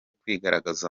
kwigaragaza